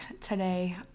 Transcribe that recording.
today